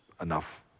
enough